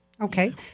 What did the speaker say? Okay